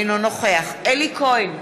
אינו נוכח אלי כהן,